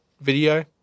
video